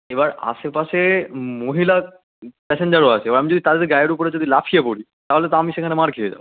এবার আশেপাশে মহিলা প্যাসেঞ্জারও আছে এবার আমি যদি তাদের গায়ের উপরে যদি লাফিয়ে পড়ি তাহলে তো আমি সেখানে মার খেয়ে যাবো